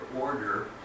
order